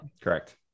Correct